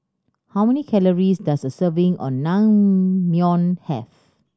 how many calories does a serving of Naengmyeon have